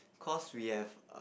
cause we have